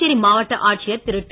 புதுச்சேரி மாவட்ட ஆட்சியர் திரு டி